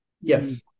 Yes